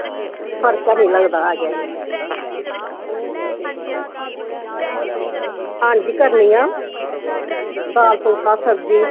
फर्क ऐ नी लगदा ऐ हां जी खन्नी हां दाल फुल्का सब्जी